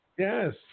Yes